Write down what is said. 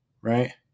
right